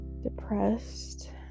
depressed